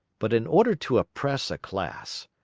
but in order to oppress a class,